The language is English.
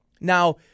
Now